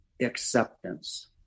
Acceptance